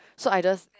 so I just